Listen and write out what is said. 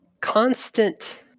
constant